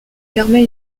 permet